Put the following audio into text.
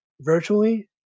virtually